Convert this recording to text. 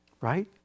right